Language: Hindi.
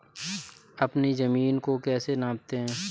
अपनी जमीन को कैसे नापते हैं?